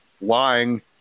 lying